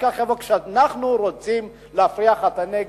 כשאנחנו רוצים להפריח את הנגב,